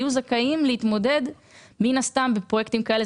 יהיו זכאים להתמודד בפרויקטים כאלה.